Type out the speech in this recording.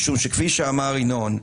כי כפי שאמר ינון,